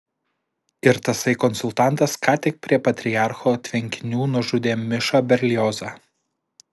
ir tasai konsultantas ką tik prie patriarcho tvenkinių nužudė mišą berliozą